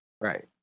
Right